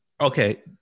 Okay